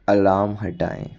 अलाम हटाएँ